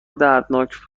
دردناک